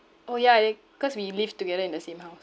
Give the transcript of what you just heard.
orh ya ya cause we live together in the same house